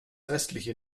restliche